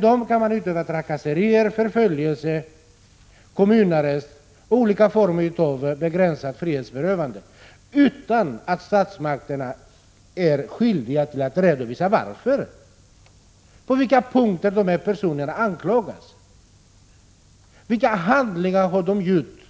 Dem kan man trakassera och förfölja, dem kan man ådöma kommunarrest och olika former av begränsat frihetsberövande utan att statsmakterna är skyldiga att redovisa några skäl, utan att tala om på vilka punkter dessa personer anklagas, vilka handlingar de har utfört